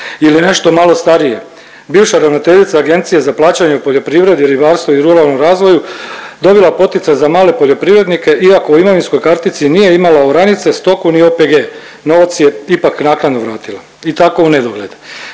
ili nešto malo starije. Bivša ravnateljica Agencije za plaćanje u poljoprivredi, ribarstvu i ruralnom razvoju dobila poticaj za male poljoprivrednike, iako u imovinskoj kartici nije imala oranice, stoku i OPG novac je ipak naknadno vratila i tako u nedogled.